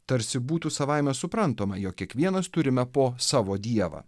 tarsi būtų savaime suprantama jog kiekvienas turime po savo dievą